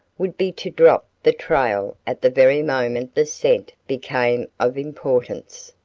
would be to drop the trail at the very moment the scent became of importance.